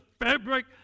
fabric